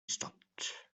stopped